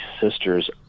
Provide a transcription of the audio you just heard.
Sisters